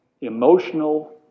emotional